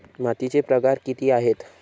मातीचे प्रकार किती आहेत?